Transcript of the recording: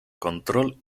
control